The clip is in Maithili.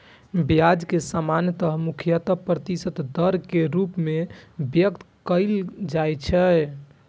ब्याज कें सामान्यतः वार्षिक प्रतिशत दर के रूप मे व्यक्त कैल जाइ छै